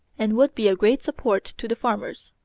and would be a great support to the farmers.